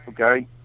okay